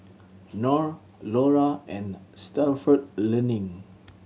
Knorr Iora and Stalford Learning